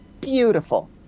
beautiful